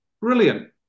Brilliant